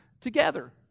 together